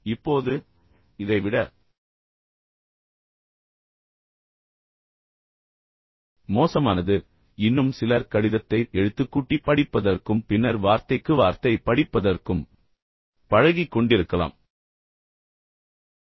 இப்போது இதை விட மோசமானது இன்னும் சிலர் கடிதத்தைப் எழுத்துக்கூட்டி படிப்பதற்கும் பின்னர் வார்த்தைக்கு வார்த்தை படிப்பதற்கும் பழகிக் கொண்டிருக்கலாம்